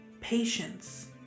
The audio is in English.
patience